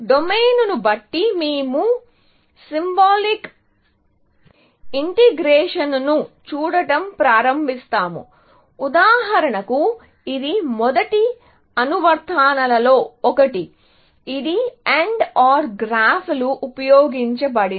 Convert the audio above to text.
డొమైన్ను బట్టి మేము సింబాలిక్ ఇంటిగ్రేషన్ను చూడటం ప్రారంభిస్తాము ఉదాహరణకు ఇది మొదటి అనువర్తనాల్లో ఒకటి ఇది AND OR గ్రాఫ్లు ఉపయోగించబడింది